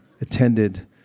attended